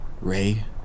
Ray